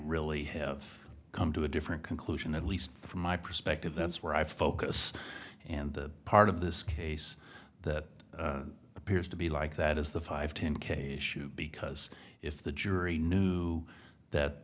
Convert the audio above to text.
really have come to a different conclusion at least from my perspective that's where i focus and the part of this case that appears to be like that is the five ten k shoe because if the jury knew that